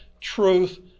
truth